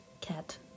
cat